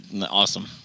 Awesome